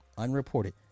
unreported